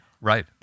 right